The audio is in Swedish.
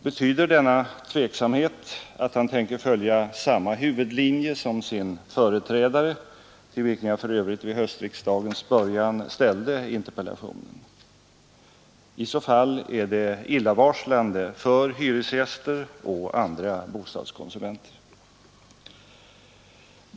Betyder denna tveksamhet att han tänker följa samma huvudlinje som sin företrädare, till vilken jag för övrigt vid höstriksdagens början ställde interpellationen? I så fall är det illavarslande för hyresgäster och andra bostadskonsumenter.